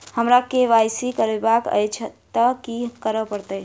हमरा केँ Y C करेवाक अछि तऽ की करऽ पड़तै?